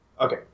Okay